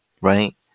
Right